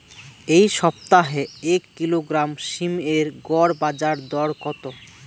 এই সপ্তাহে এক কিলোগ্রাম সীম এর গড় বাজার দর কত?